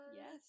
yes